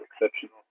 exceptional